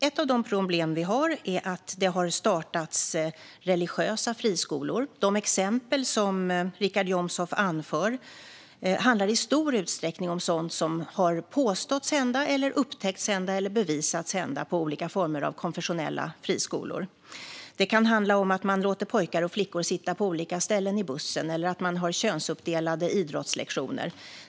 Ett av de problem vi har är att det har startats religiösa friskolor. De exempel som Richard Jomshof anför handlar i stor utsträckning om sådant som påståtts hända, upptäckts hända eller bevisats hända på olika former av konfessionella friskolor. Det kan handla om att man låter pojkar och flickor sitta på olika ställen i bussen eller att man har könsuppdelade idrottslektioner.